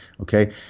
Okay